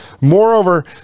Moreover